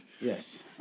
Yes